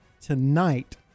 tonight